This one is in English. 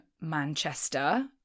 Manchester